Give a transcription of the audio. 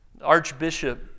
Archbishop